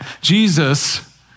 Jesus